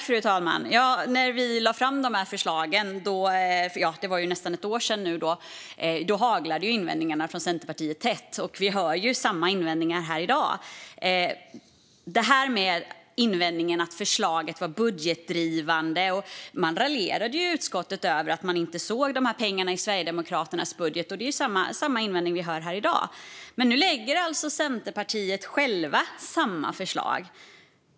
Fru talman! När vi lade fram förslagen för nu nästan ett år sedan haglade invändningarna tätt från Centerpartiet. Vi hör samma invändningar här i dag. Invändningen var att förslaget var budgetdrivande. Man raljerade i utskottet över att man inte såg de pengarna i Sverigedemokraternas budget, och det är samma invändning vi hör här i dag. Nu lägger Centerpartiet självt fram samma förslag.